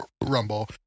Rumble